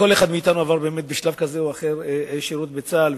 כל אחד מאתנו עבר בשלב כזה או אחר שירות בצה"ל,